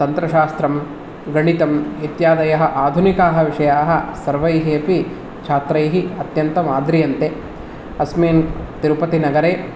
तन्त्रशास्त्रं गणितं इत्यादयः आधुनिकाः विषयाः सर्वैः अपि छात्रैः अत्यन्तं आद्रियन्ते अस्मिन् तिरुपतिनगरे